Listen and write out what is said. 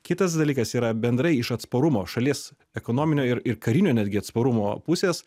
kitas dalykas yra bendrai iš atsparumo šalies ekonominio ir ir karinio netgi atsparumo pusės